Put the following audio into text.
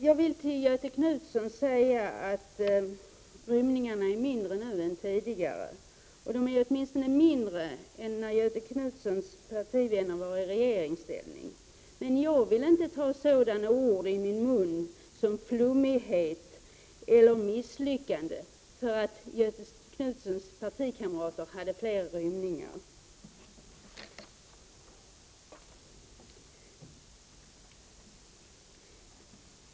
Jag vill till Göthe Knutson säga att rymningarna är färre nu än tidigare. De är åtminstone färre än när Göthe Knutsons partivänner var i regeringsställning, men jag vill inte ta sådana ord som flummighet eller misslyckande i min mun bara för att Göthe Knutsons partikamrater hade fler rymningar.